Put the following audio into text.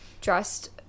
dressed